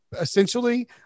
essentially